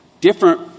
different